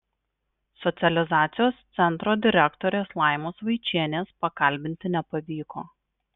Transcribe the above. socializacijos centro direktorės laimos vaičienės pakalbinti nepavyko